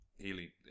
Healy